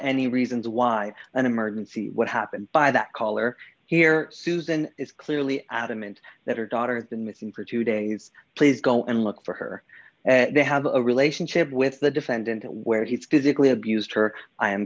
any reasons why an emergency what happened by that caller here susan is clearly adamant that her daughter's been missing for two days please go and look for her they have a relationship with the defendant where he physically abused her i am